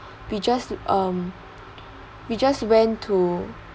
we just um we just went to